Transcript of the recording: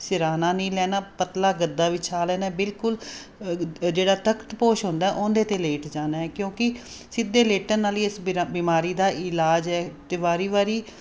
ਸਿਰਹਾਣਾ ਨਹੀਂ ਲੈਣਾ ਪਤਲਾ ਗੱਦਾ ਵਿਛਾ ਲੈਣਾ ਬਿਲਕੁਲ ਜਿਹੜਾ ਤਖਤਪੋਸ਼ ਹੁੰਦਾ ਉਹਦੇ 'ਤੇ ਲੇਟ ਜਾਣਾ ਕਿਉਂਕਿ ਸਿੱਧੇ ਲੇਟਣ ਵਾਲੀ ਇਸ ਬਿਰ ਬਿਮਾਰੀ ਦਾ ਇਲਾਜ ਹੈ ਅਤੇ ਵਾਰ ਵਾਰ